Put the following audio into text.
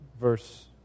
verse